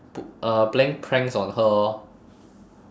uh playing pranks on her lor